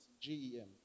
GEM